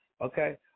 Okay